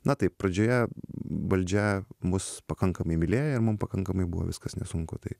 na taip pradžioje valdžia mus pakankamai mylėjo ir mum pakankamai buvo viskas nesunku tai